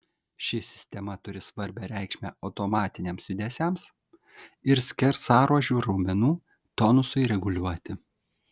ši sistema turi svarbią reikšmę automatiniams judesiams ir skersaruožių raumenų tonusui reguliuoti